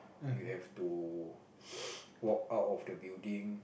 you have to walk out of the building